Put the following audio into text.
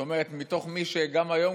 זאת אומרת בתור מי שגם היום,